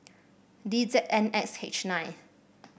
D Z N X H nine